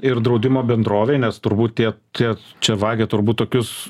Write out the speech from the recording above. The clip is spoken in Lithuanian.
ir draudimo bendrovei nes turbūt tie tie čia vagia turbūt tokius